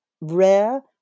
rare